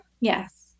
Yes